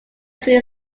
three